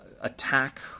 attack